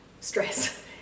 stress